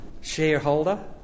shareholder